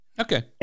Okay